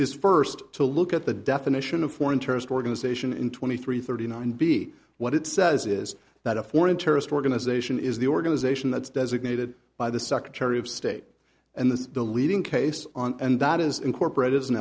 is first to look at the definition of foreign terrorist organization in twenty three thirty nine b what it says is that a foreign terrorist organization is the organization that's designated by the secretary of state and this is the leading case on and that is incorporate